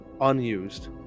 unused